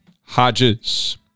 Hodges